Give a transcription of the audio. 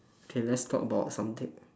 okay let's talk about something